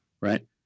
right